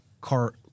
car